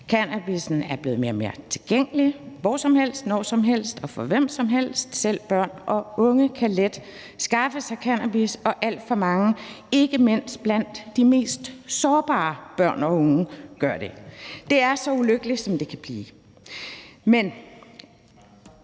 Cannabissen er blevet mere og mere tilgængelig, hvor som helst, når som helst og for hvem som helst. Selv børn og unge kan let skaffe sig cannabis, og alt for mange ikke mindst blandt de mest sårbare børn og unge, gør det. Det er så ulykkeligt, som det kan blive.